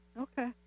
okay